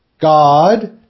God